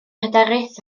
hyderus